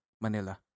Manila